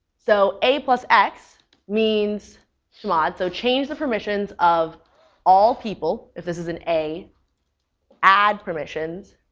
so a plus x means chmod. so change the permissions of all people if this is an a add permissions.